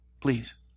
Please